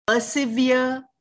Persevere